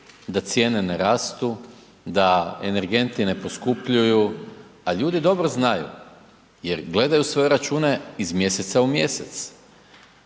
da cijene ne rastu, da energenti ne poskupljuju, a ljudi dobro znaju jer gledaju svoje račune iz mjeseca u mjesec,